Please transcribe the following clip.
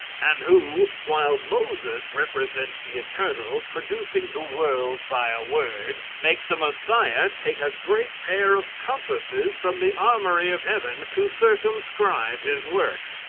and who, while moses represents the eternal producing the world by a word, makes the messiah take a great pair of compasses from the armoury of heaven to circumscribe his work?